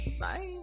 Bye